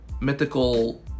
mythical